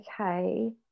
Okay